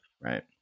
right